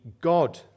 God